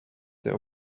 their